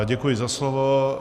Děkuji za slovo.